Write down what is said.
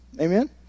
Amen